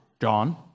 John